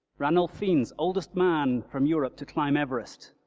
ranulph fiennes oldest man from europe to climb everest,